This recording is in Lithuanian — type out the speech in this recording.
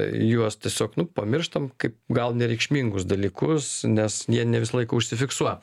juos tiesiog nu pamirštam kaip gal nereikšmingus dalykus nes jie ne visą laiką užsifiksuoja